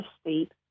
state